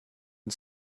and